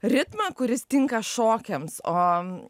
ritmą kuris tinka šokiams o